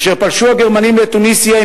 כאשר פלשו הגרמנים לתוניסיה,